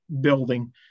building